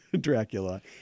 Dracula